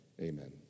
amen